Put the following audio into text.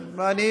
נמצא.